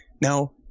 Now